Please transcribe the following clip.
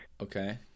Okay